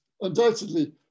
undoubtedly